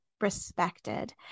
respected